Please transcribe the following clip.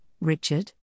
Richard